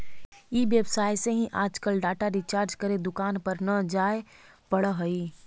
ई व्यवसाय से ही आजकल डाटा रिचार्ज करे दुकान पर न जाए पड़ऽ हई